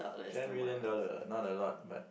ten million dollar not a lot but